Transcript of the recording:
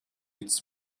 its